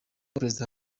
perezida